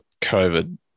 covid